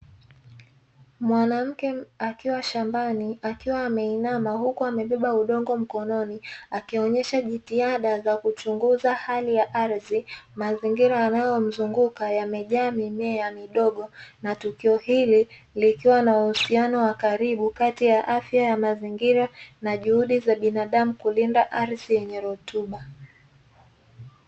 Mwanamke akiwa shambani ameinama huku amebeba udongo mkononi akionyesha jitihada za kuchunguza hali ya ardhi. Mazingira yanayomzunguka yamejaa mimea midogo, na tukio hili likiwa na uhusiano wa karibu kati ya afya ya mazingira na juhudi za binadamu kulinda ardhi yenye rutuba.